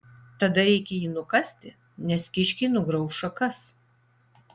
tada reikia jį nukasti nes kiškiai nugrauš šakas